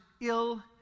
ill